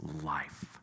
life